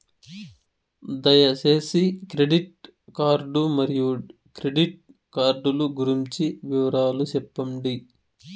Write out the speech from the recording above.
దయసేసి credit card మరియు credit card లు గురించి వివరాలు సెప్పండి?